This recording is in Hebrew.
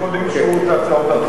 קודם ישמעו את ההצעות הדחופות,